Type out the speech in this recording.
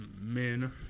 men